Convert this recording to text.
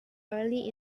early